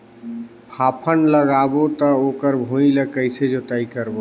फाफण लगाबो ता ओकर भुईं ला कइसे जोताई करबो?